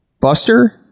Buster